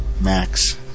max